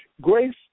Grace